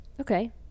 Okay